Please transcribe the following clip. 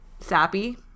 Sappy